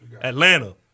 Atlanta